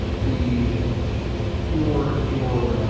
the your your